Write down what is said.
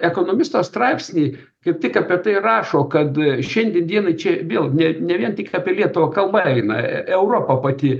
ekonomisto straipsny kaip tik apie tai ir rašo kad šiandien dienai čia vėl ne ne vien tik apie lietuvą kalba eina e europa pati